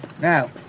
Now